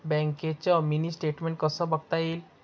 बँकेचं mini statement कसं बघता येईल?